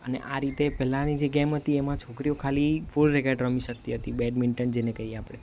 અને આ રીતે પહેલાંની જે ગેમ હતી એમાં છોકરીઓ ખાલી ફૂલ રેકેટ રમી શકતી હતી બેડમિન્ટન જેને કહીએ આપણે